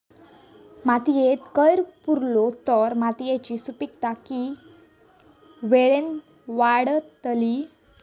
मातयेत कैर पुरलो तर मातयेची सुपीकता की वेळेन वाडतली?